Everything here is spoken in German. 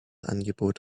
angebot